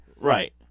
Right